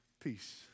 Peace